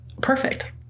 perfect